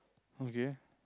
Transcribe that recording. okay